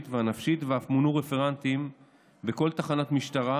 והנפשית ואף מונו רפרנטים בכל תחנת משטרה,